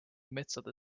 metsade